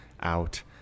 out